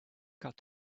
got